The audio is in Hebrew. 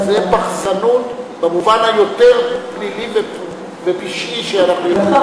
זה פחזנות במובן היותר-פלילי ופשעי שאנחנו יכולים נכון,